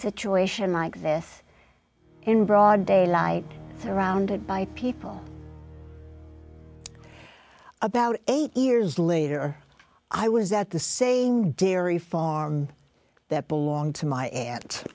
situation like this in broad daylight surrounded by people about eight years later i was at the same dairy farm that belonged to my aunt